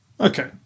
Okay